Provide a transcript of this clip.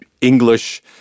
English